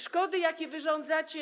Szkody, jakie wyrządzacie.